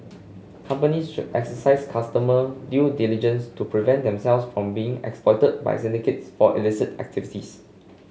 companies should exercise customer due diligence to prevent themselves from being exploited by syndicates for illicit activities